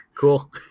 cool